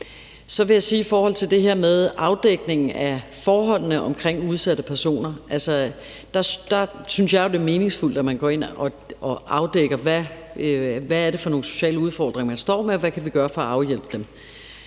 Så vil jeg sige i forhold til det her med afdækningen af forholdene omkring udsatte personer, at jeg jo synes, det er meningsfuldt, at vi går ind og afdækker, hvad det er for nogle sociale udfordringer, man står med, og hvad vi kan gøre for at afhjælpe dem.